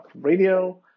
Radio